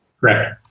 Correct